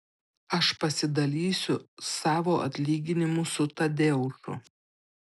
aš pasidalysiu savo atlyginimu su tadeušu